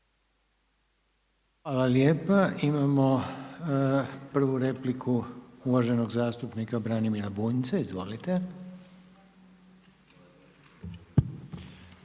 Hvala. Imamo jednu repliku, uvaženog zastupnika Marka Vučetića. Izvolite.